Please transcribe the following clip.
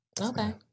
Okay